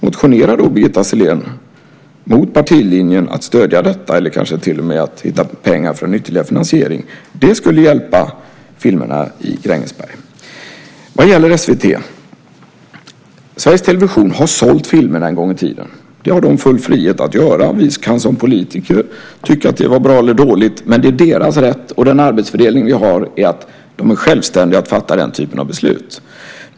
Motionera då, Birgitta Sellén, mot partilinjen om att stödja detta eller kanske till och med om att hitta ytterligare pengar till finansiering! Det skulle hjälpa filmerna i Grängesberg. Vad gäller SVT har Sveriges Television sålt filmerna en gång i tiden. Det har de full frihet att göra. Vi kan som politiker tycka att det var bra eller dåligt, men det är deras rätt. Den arbetsfördelning vi har är att de är självständiga att fatta den typen av beslut.